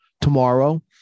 tomorrow